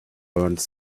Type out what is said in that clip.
learned